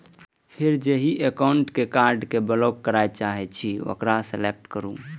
फेर जाहि एकाउंटक कार्ड कें ब्लॉक करय चाहे छी ओकरा सेलेक्ट करू